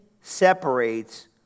separates